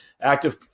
Active